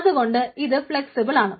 അതുകൊണ്ട് ഇത് ഫെളക്സിബിൾ ആണ്